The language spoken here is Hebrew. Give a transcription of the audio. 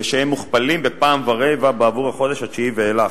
וכשהם מוכפלים בפעם ורבע בעבור החודש התשיעי ואילך,